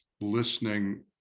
listening